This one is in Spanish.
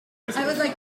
escasos